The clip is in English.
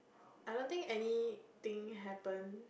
I don't think anything happen